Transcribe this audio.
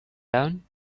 down